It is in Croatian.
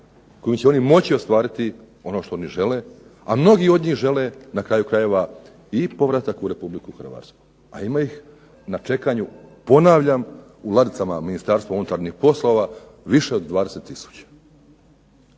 kojim će oni moći ostvariti ono što oni žele, a mnogi od njih žele na kraju krajeva i povratak u Republiku Hrvatsku, a ima ih na čekanju ponavljam u ladicama Ministarstva unutarnjih poslova više od 20